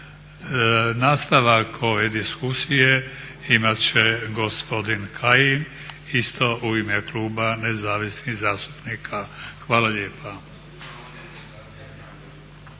Nastavak ove diskusije imati će gospodin Kajin isto u ime Kluba Nezavisnih zastupnika. Hvala lijepa.